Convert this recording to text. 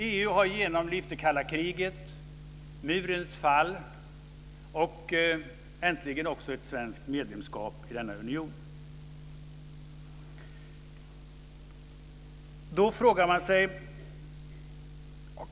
EU har genomlevt det kalla kriget, murens fall och äntligen ett svenskt medlemskap i denna union.